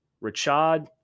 Richard